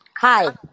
Hi